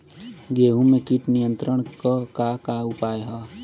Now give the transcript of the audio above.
गेहूँ में कीट नियंत्रण क का का उपाय ह?